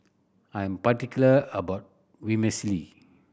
I'm particular about Vermicelli